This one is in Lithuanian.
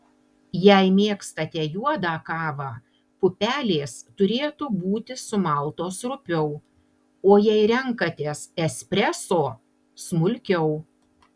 jei mėgstate juodą kavą pupelės turėtų būti sumaltos rupiau o jei renkatės espreso smulkiau